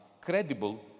credible